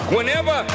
Whenever